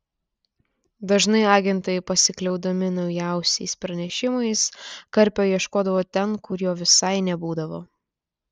dažnai agentai pasikliaudami naujausiais pranešimais karpio ieškodavo ten kur jo visai nebūdavo